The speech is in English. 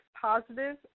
positive